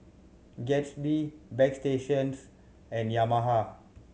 Gatsby Bagstationz and Yamaha